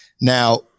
Now